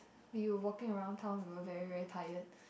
we were walking around town we were very very tired